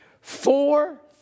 four